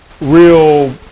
Real